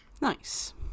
nice